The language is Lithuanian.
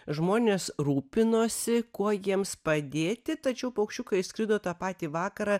žmonės rūpinosi kuo jiems padėti tačiau paukščiukai išskrido tą patį vakarą